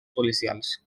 policials